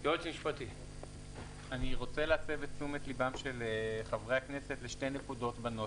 אני רוצה להסב את תשומת ליבם של חברי הכנסת לשתי נקודות בנוסח.